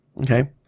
Okay